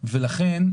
תימכר.